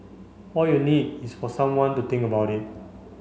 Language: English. all you need is for someone to think about it